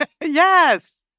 Yes